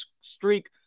streak